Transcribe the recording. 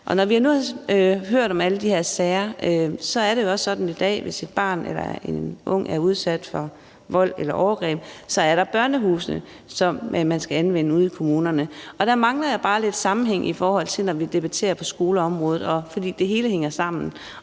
er, og nu har vi hørt om alle de her sager, og det er jo også sådan i dag, at hvis et barn eller en ung er udsat for vold eller overgreb, er der børnehusene, som man skal anvende ude i kommunerne. Der mangler jeg bare lidt sammenhæng, når vi debatterer på skoleområdet, for det hele hænger sammen.